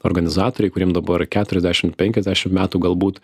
organizatoriai kuriem dabar keturiasdešimt penkiasdešimt metų galbūt